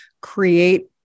create